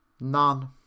none